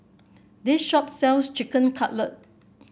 this shop sells Chicken Cutlet